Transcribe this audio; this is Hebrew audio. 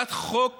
הצעת חוק